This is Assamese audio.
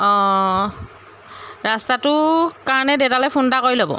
অঁ ৰাস্তাটো কাৰণে দেউতালৈ ফোন এটা কৰি ল'ব